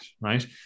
right